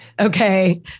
okay